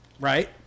right